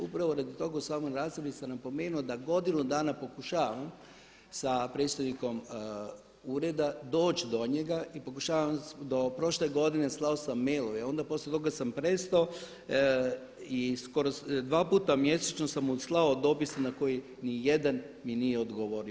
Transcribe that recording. Upravo radi toga u samoj raspravi sam napomenuo da godinu dana pokušavam sa predstojnikom ureda doći do njega i pokušavali smo do prošle godine, slao sam mailove i onda poslije toga sam prestao i skoro dva puta mjesečno sam mu slao dopise na koje ni jedan mi nije odgovorio.